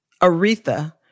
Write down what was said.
Aretha